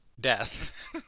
Death